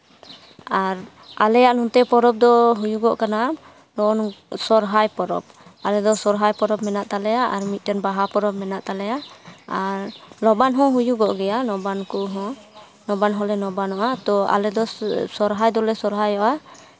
ᱟᱨ ᱟᱞᱮᱭᱟᱜ ᱱᱚᱛᱮ ᱯᱚᱨᱚᱵᱽ ᱫᱚ ᱦᱩᱭᱩᱜᱚᱜ ᱠᱟᱱᱟ ᱱᱚᱜ ᱥᱚᱨᱦᱟᱭ ᱯᱚᱨᱚᱵᱽ ᱟᱞᱮ ᱫᱚ ᱥᱚᱨᱦᱟᱭ ᱯᱚᱨᱚᱵᱽ ᱢᱮᱱᱟᱜ ᱛᱟᱞᱮᱭᱟ ᱟᱨ ᱢᱤᱫᱴᱮᱱ ᱵᱟᱦᱟ ᱯᱚᱨᱚᱵᱽ ᱢᱮᱱᱟᱜ ᱛᱟᱞᱮᱭᱟ ᱟᱨ ᱞᱚᱵᱟᱱ ᱦᱚᱸ ᱦᱩᱭᱩᱜᱚᱜ ᱜᱮᱭᱟ ᱞᱮᱵᱟᱱ ᱠᱚᱦᱚᱸ ᱞᱚᱵᱟᱱ ᱦᱚᱸᱞᱮ ᱞᱚᱵᱟᱱᱚᱜᱼᱟ ᱛᱚ ᱟᱞᱮ ᱫᱚ ᱥᱚᱨᱦᱟᱭ ᱫᱚᱞᱮ ᱥᱚᱨᱦᱟᱭᱚᱜᱼᱟ